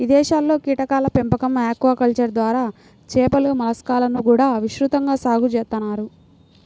ఇదేశాల్లో కీటకాల పెంపకం, ఆక్వాకల్చర్ ద్వారా చేపలు, మలస్కాలను కూడా విస్తృతంగా సాగు చేత్తన్నారు